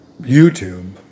YouTube